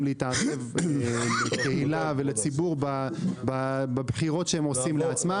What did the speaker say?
להתערב לקהילה ולציבור בבחירות שהם עושים לעצמם.